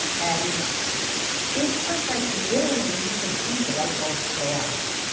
and it was like, literally, you could see the light bulbs go off.